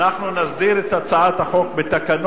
אנחנו נסדיר את עניין הצעת החוק בתקנות